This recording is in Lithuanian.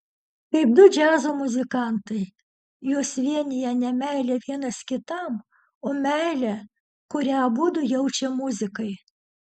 kaip du džiazo muzikantai juos vienija ne meilė vienas kitam o meilė kurią abudu jaučia muzikai